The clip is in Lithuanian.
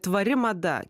tvari mada